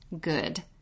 good